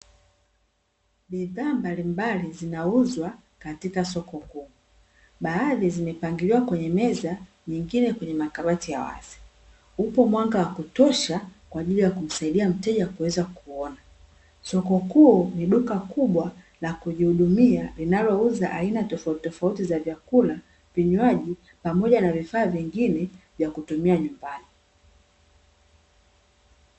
Bidhaa mbalimbali zinauzwa katika soko kubwa. Baadhi zimepangiliwa kwenye meza, nyingine kwenye makabati ya wazi. Upo mwanga wa kutosha kwa ajili ya kumsaidia mteja kuweza kuona. Soko kuu ni duka kubwa la kujihudumia, linalouza aina tofautitofauti za vyakula, vinywaji pamoja na vifaa vingine vya kutumia nyumbani.